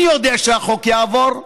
אני יודע שהחוק יעבור,